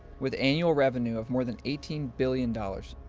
with annual revenue of more than eighteen billion dollars,